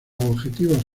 objetivos